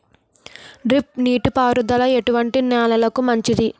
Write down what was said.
Drip నీటి పారుదల ఎటువంటి నెలలకు మంచిది?